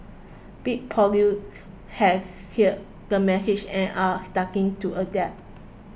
big polluters has heard the message and are starting to adapt